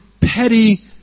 petty